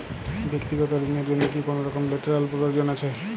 ব্যাক্তিগত ঋণ র জন্য কি কোনরকম লেটেরাল প্রয়োজন আছে?